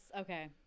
okay